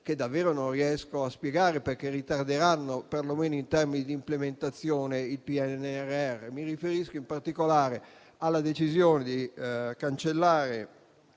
che davvero non riesco a spiegare, perché ritarderanno - per lo meno in termini di implementazione - il PNRR. Mi riferisco, in particolare, alla decisione di cancellare